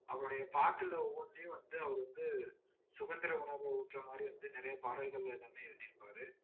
அவருடைய பாட்டில் ஒவ்வொன்றையும் வந்து அவர் வந்து சுதந்திர உணர்வு ஊட்டுற மாதிரி வந்து நிறைய பாடல்கள் எல்லாமே எழுதியிருப்பார்